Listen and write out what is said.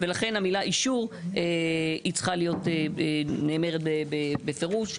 ולכן, המילה "אישור" צריכה להיות נאמרת בפירוש.